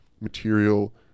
material